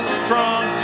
strong